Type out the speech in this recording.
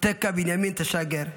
טקה בנימין טשגר,